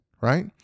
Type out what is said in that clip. right